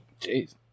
Jeez